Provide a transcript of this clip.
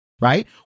right